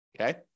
okay